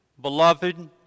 Beloved